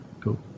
Cool